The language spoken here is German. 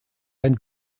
ein